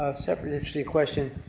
separate question,